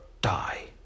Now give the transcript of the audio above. die